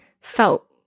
felt